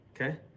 okay